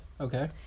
Okay